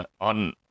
On